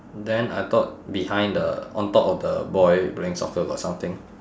then I thought behind the on top of the boy playing soccer got something